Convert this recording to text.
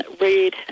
read